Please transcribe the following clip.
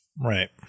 Right